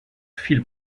phil